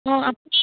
অঁ আপুনি